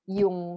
yung